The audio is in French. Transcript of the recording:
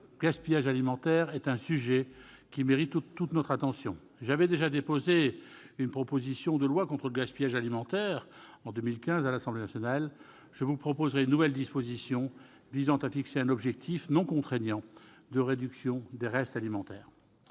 gaspillage alimentaire est un sujet qui mérite toute notre attention. J'avais déjà déposé une proposition de loi contre le gaspillage alimentaire en 2015 à l'Assemblée nationale. Je vous proposerai une nouvelle disposition visant à fixer un objectif non contraignant de réduction des restes alimentaires.